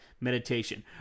meditation